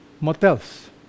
motels